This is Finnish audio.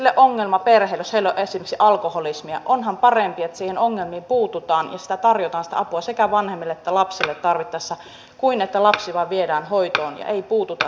jos heillä on esimerkiksi alkoholismia niin onhan parempi että niihin ongelmiin puututaan ja sitä apua tarjotaan sekä vanhemmille että lapsille tarvittaessa kuin että lapsi vain viedään hoitoon ja ei puututa siihen tilanteeseen